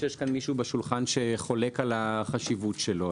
שיש כאן מישהו בשולחן שחולק על החשיבות שלו.